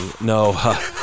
No